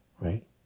right